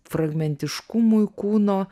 fragmentiškumui kūno